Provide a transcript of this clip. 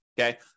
okay